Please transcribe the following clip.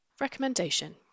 Recommendation